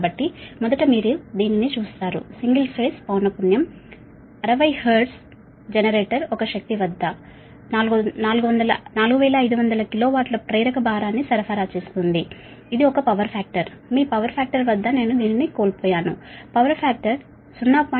కాబట్టి మొదట మీరు దీనిని చూస్తారు సింగిల్ ఫేజ్ పౌనఃపున్యం ఫ్రీక్వెన్సీ 60 హెర్ట్జ్ జెనరేటర్ ఒక శక్తి వద్ద 4500 కిలో వాట్ల ప్రేరక భారాన్ని సరఫరా చేస్తుంది ఇది ఒక పవర్ ఫాక్టర్ మీ పవర్ ఫాక్టర్ వద్ద నేను దీనిని కోల్పోయాను పవర్ ఫాక్టర్ 0